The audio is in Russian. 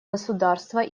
государства